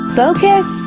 focus